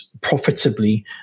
profitably